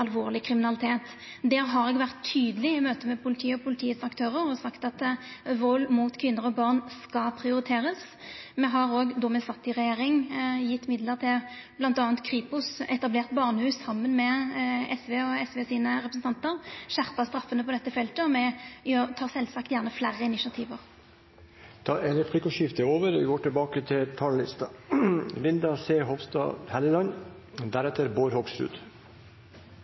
alvorleg kriminalitet. Der har eg vore tydeleg i møte med politiet og politiets aktørar og sagt at vald mot kvinner og barn skal prioriterast. Me har òg, då me sat i regjering, gjeve midlar til bl.a. Kripos, etablert barnehus, saman med SV og SV sine representantar, skjerpt straffene på dette feltet, og me tek sjølvsagt gjerne fleire initiativ. Replikkordskiftet er over.